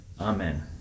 amen